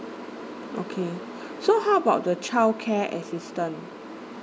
okay so how about the childcare assistance